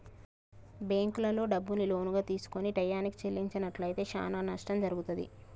బ్యేంకుల్లో డబ్బుని లోనుగా తీసుకొని టైయ్యానికి చెల్లించనట్లయితే చానా నష్టం జరుగుతాది